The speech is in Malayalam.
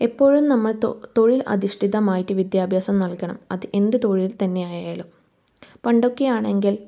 എപ്പോഴും നമ്മൾ തൊഴിൽ അധിഷ്ഠിതമായിട്ട് വിദ്യാഭ്യാസം നൽകണം അത് എന്ത് തൊഴിൽ തന്നെയായാലും പണ്ടൊക്കെ ആണെങ്കിൽ